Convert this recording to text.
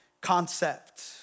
concept